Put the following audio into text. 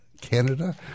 Canada